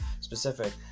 specific